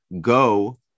go